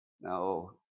No